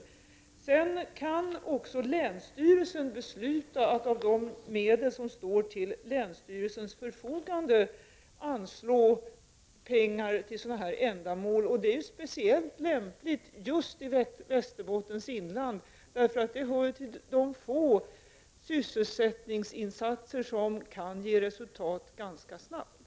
Länsstyrelsen kan också fatta beslut om att pengar skall anslås till sådana ändamål av de medel som står till länsstyrelsens förfogande. Det är ju speciellt lämpligt just när det gäller Västerbottens inland, eftersom detta är en av de få sysselsättningsinsatser som kan ge resultat ganska snabbt.